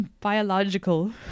biological